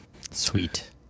Sweet